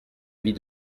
vis